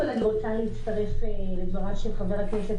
אני רוצה להצטרף לדבריו של חבר הכנסת